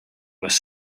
was